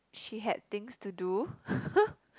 she had things to do